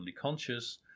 conscious